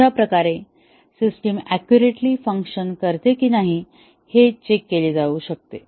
अशा प्रकारे system accurately function करते की नाही हे चेक केले जाऊ शकते